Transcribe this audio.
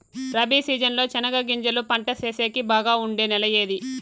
Rabi season లో చెనగగింజలు పంట సేసేకి బాగా ఉండే నెల ఏది?